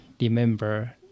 remember